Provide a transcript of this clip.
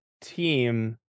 team